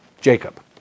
Jacob